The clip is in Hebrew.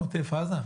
עוטף עזה?